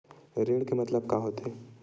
ऋण के मतलब का होथे?